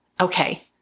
Okay